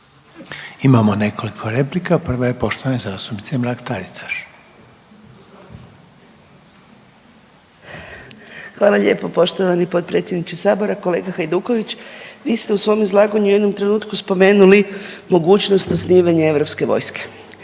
Imamo nekoliko replika, prva je poštovane zastupnice Mrak Taritaš. **Mrak-Taritaš, Anka (GLAS)** Hvala lijepo poštovani potpredsjedniče sabora. Kolega Hajduković vi ste u svom izlaganju u jednom trenutku spomenuli mogućnost osnivanja europske vojske.